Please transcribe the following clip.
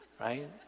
right